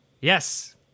Yes